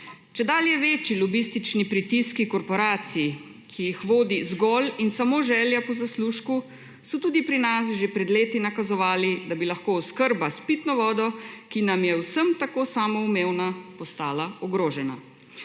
Čedalje večji lobistični pritiski korporacij, ki jih vodi zgolj in samo želja po zaslužku, so tudi pri nas že pred leti nakazovali, da bi lahko oskrba s pitno vodo, ki nam je vsem tako samoumevna, postala ogrožena.